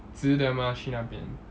值得吗去那边